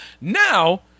Now